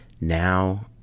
now